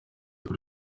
kuri